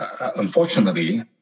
unfortunately